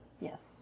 Yes